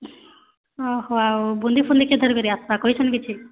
ଆଉ ବୁଲିଫୁଲି ଆସ୍ବା କହିଛନ୍ କିଛି